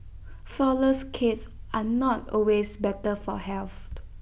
Flourless Cakes are not always better for health